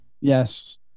Yes